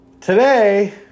Today